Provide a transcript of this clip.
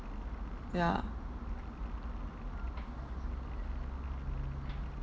yeah